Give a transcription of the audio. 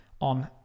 on